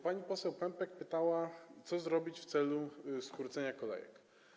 Pani poseł Pępek pytała, co zrobić w celu skrócenia kolejek.